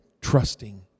trusting